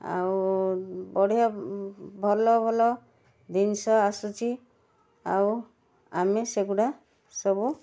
ଆଉ ବଢ଼ିଆ ଭଲ ଭଲ ଜିନିଷ ଆସୁଛି ଆଉ ଆମେ ସେଗୁଡ଼ା ସବୁ